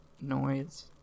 noise